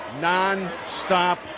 non-stop